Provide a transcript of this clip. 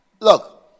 Look